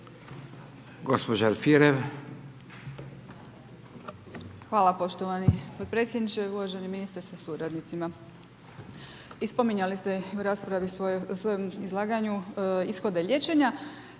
Hvala poštovani potpredsjedniče. Uvaženi ministre sa suradnicima. I spominjali ste u raspravi, svojem izlaganju ishode liječenja.